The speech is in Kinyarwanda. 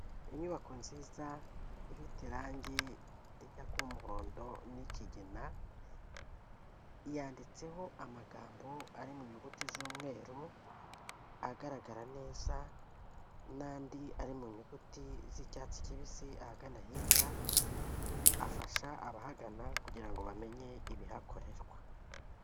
Inyubako nziza, ifite irangi rijya kuba umuhondo n'kigina, yanditseho amagambo ari mu nyuguti z'umweru, agaragara neza n'andi ari mu nyuguti z'icyatsi kibisi ahagana hirya, afasha abahagana kugira ngo bamenye ibihakorerwa.